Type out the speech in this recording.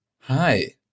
Hi